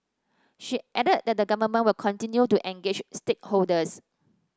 she added that the government will continue to engage stakeholders